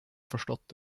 förstått